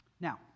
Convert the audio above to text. Now